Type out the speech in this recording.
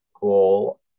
goal